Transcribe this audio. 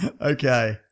Okay